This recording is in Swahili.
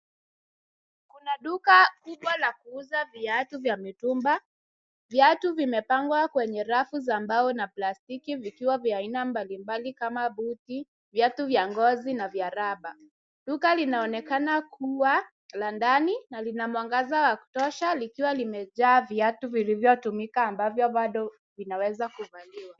Kuna duka kubwa la kuuza viatu vya mitumba. Viatu vimepangwa kwenye rafu za mbao na plastiki, vikiwa vya aina mbalimbali kama buti, viatu vya ngozi na vya rubber .Duka linaonekana kuwa la ndani, na lina mwangaza wa kutosha, likiwa limejaa viatu vilivyotumika ambavyo bado vinaweza kuvaliwa.